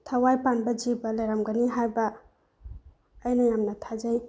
ꯊꯋꯥꯏ ꯄꯥꯟꯕ ꯖꯤꯕ ꯂꯩꯔꯝꯒꯅꯤ ꯍꯥꯏꯕ ꯑꯩꯅ ꯌꯥꯝꯅ ꯊꯥꯖꯩ